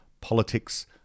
politics